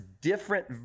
different